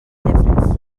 ddifrif